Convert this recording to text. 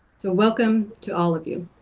so welcome to all of you.